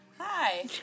Hi